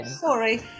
sorry